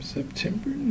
September